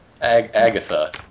Agatha